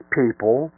people